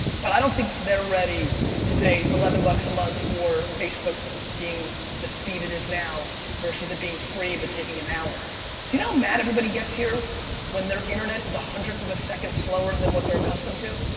but i don't think they're ready to pay eleven bucks a month for facebook being the speed it is now versus it being free, but taking an hour. do you know how mad everybody gets here when their internet is one hundredth of a second slower than what they're accustomed to?